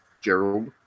Gerald